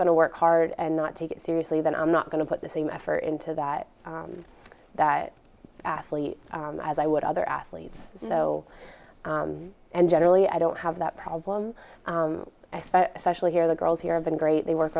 going to work hard and not take it seriously then i'm not going to put the same effort into that that athlete as i would other athletes so and generally i don't have that problem especially here the girls here have been great they work